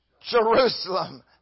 Jerusalem